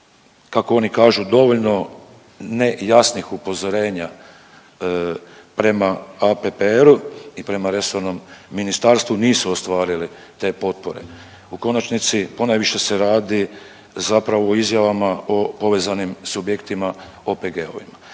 kako oni kažu dovoljno ne jasnih upozorenja prema APPR-u i prema resornom ministarstvu nisu ostvarili te potpore. U konačnici ponajviše se radi zapravo o izjavama povezanim s objektima OPG-ovima,